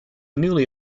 newly